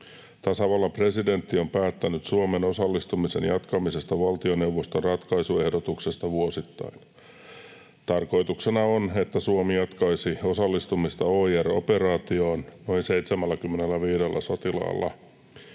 Tasavallan presidentti on päättänyt Suomen osallistumisen jatkamisesta valtioneuvoston ratkaisuehdotuksesta vuosittain. Tarkoituksena on, että Suomi jatkaisi osallistumista OIR-operaatioon noin 75 sotilaalla